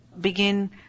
begin